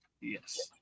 Yes